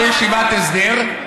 או ישיבת הסדר,